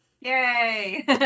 yay